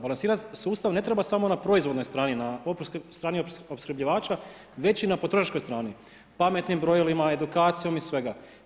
Balansirat sa sustavom ne treba samo na proizvodnoj strani na strani opskrbljivača već i na potrošačkoj strani pametnim brojilima, edukacijom i svega.